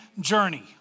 journey